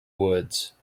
woods